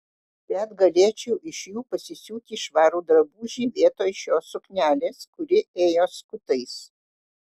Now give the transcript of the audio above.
bet galėčiau iš jų pasisiūti švarų drabužį vietoj šios suknelės kuri ėjo skutais